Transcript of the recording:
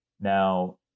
Now